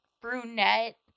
brunette